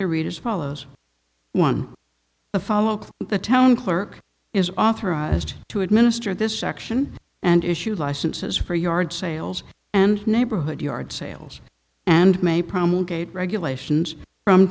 read as follows one the following the town clerk is authorized to administer this section and issue licenses for yard sales and neighborhood yard sales and may promulgated regulations from